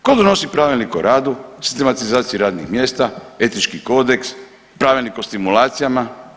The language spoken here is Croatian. Tko donosi Pravilnik o radu, sistematizaciji radnih mjesta, Etički kodeks, Pravilnik o stimulacijama?